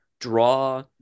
draw